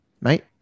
Mate